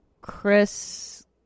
Chris